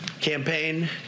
campaign